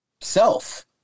self